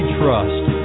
trust